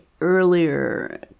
earlier